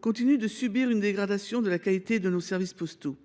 continuent de subir une dégradation de la qualité de leurs services postaux.